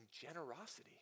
generosity